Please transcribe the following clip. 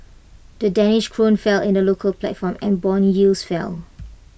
the danish Krone fell in the local platform and Bond yields fell